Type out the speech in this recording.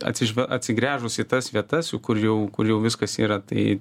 acižve atsigręžus į tas vietas jau kur jau kur jau viskas yra tai